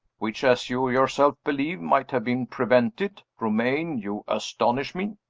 which, as you yourself believe, might have been prevented! romayne, you astonish me.